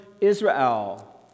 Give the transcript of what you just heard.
Israel